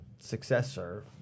successor